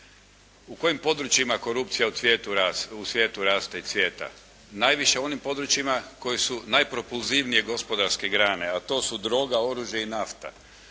U kojim područjima korupcija u svijetu raste i cvjeta? Najviše u onim područjima koja su najpropulzivnije gospodarske grane a to su droga, oružje i nafta.